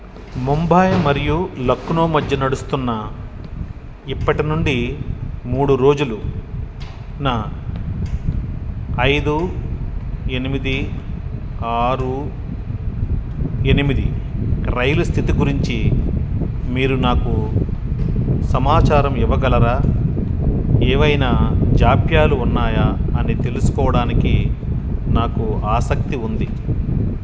ముంబాయి మరియు లక్నో మధ్య నడుస్తున్న ఇప్పటి నుండి మూడు రోజులు న ఐదు ఎనిమిది ఆరు ఎనిమిది రైలు స్థితి గురించి మీరు నాకు సమాచారం ఇవ్వగలరా ఏవైనా జాప్యాలు ఉన్నాయా అని తెలుసుకోవడానికి నాకు ఆసక్తి ఉంది